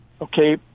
Okay